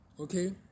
okay